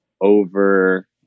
over